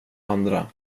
andra